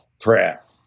crap